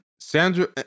Sandra